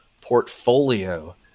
portfolio